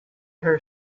her